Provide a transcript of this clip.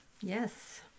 yes